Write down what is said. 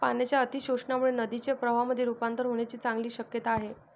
पाण्याच्या अतिशोषणामुळे नदीचे प्रवाहामध्ये रुपांतर होण्याची चांगली शक्यता आहे